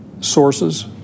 sources